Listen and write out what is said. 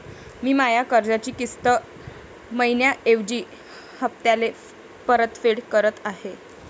मी माया कर्जाची किस्त मइन्याऐवजी हप्त्याले परतफेड करत आहे